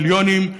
מיליונים.